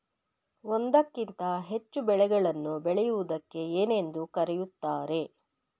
ಒಂದಕ್ಕಿಂತ ಹೆಚ್ಚು ಬೆಳೆಗಳನ್ನು ಬೆಳೆಯುವುದಕ್ಕೆ ಏನೆಂದು ಕರೆಯುತ್ತಾರೆ?